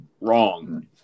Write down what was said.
wrong